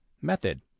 Method